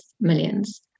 millions